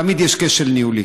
תמיד יש כשל ניהולי.